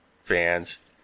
fans